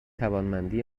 توانمندی